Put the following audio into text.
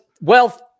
wealth